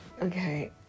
Okay